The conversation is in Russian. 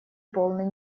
полной